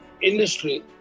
industry